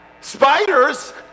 spiders